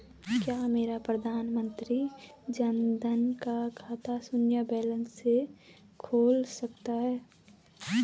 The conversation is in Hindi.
क्या मेरा प्रधानमंत्री जन धन का खाता शून्य बैलेंस से खुल सकता है?